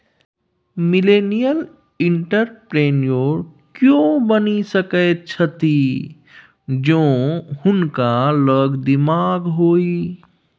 millennial entrepreneur कियो बनि सकैत छथि जौं हुनका लग दिमाग होए